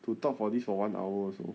to talk for this for one hour also